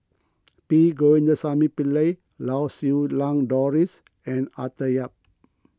P Govindasamy Pillai Lau Siew Lang Doris and Arthur Yap